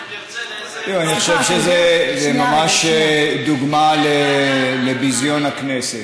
אם תרצה, זו ממש דוגמה לביזיון הכנסת.